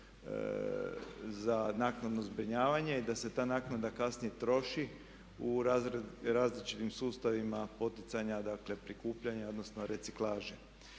za naknadno zbrinjavanje i da se ta naknada kasnije troši u različitim sustavima poticanja, dakle prikupljanja, dakle reciklaže.